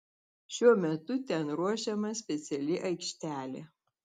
šiuo metu ten ruošiama speciali aikštelė